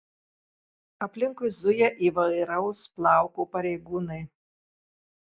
aplinkui zuja įvairaus plauko pareigūnai